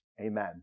amen